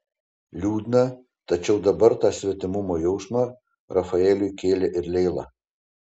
liūdna tačiau dabar tą svetimumo jausmą rafaeliui kėlė ir leila